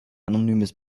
anonymes